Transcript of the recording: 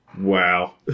Wow